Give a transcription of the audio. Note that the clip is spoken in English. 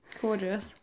gorgeous